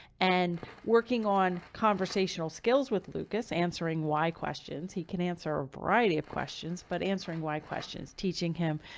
and working on conversational skills with lucas answering why questions, he can answer a variety of questions, but answering why questions teaching him,